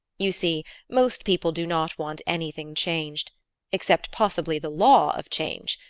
you see, most people do not want anything changed except possibly the law of change.